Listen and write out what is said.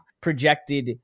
projected